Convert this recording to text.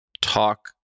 talk